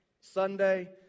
Sunday